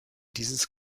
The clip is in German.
dieses